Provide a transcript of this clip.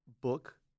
book